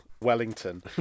Wellington